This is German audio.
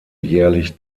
jährlich